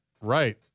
Right